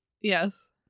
Yes